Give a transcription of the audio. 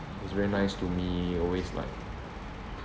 he was very nice to me he always like